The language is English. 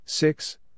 Six